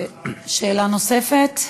שאלה נוספת?